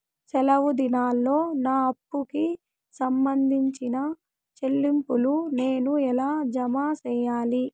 సెలవు దినాల్లో నా అప్పుకి సంబంధించిన చెల్లింపులు నేను ఎలా జామ సెయ్యాలి?